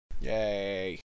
Yay